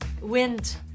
wind